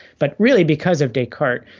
but really because of descartes.